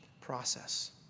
process